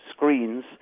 screens